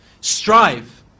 strive